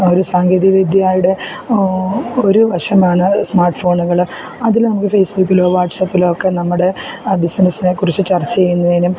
ഒരു സാങ്കേതികവിദ്യയുടെ ഒരുവശമാണ് സ്മാർട്ട് ഫോണുകള് അതില് നമുക്ക് ഫേസ്ബുക്കിലോ വാട്സാപ്പിലോക്കെ നമ്മുടെ ബിസിനസിനെ കുറിച്ച് ചർച്ച ചെയ്യുന്നതിനും